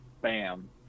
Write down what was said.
bam